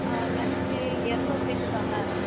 lunch இரநூறு பேத்துக்கா ma'am